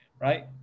Right